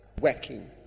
working